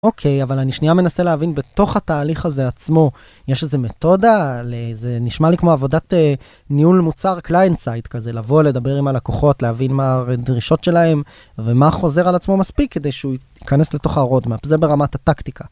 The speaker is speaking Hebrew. אוקיי, אבל אני שנייה מנסה להבין בתוך התהליך הזה עצמו יש איזה מתודה? זה נשמע לי כמו עבודת ניהול מוצר קליינסייד כזה, לבוא, לדבר עם הלקוחות, להבין מה הדרישות שלהם ומה חוזר על עצמו מספיק, כדי שהוא ייכנס לתוך הרודמאפ, זה ברמת הטקטיקה.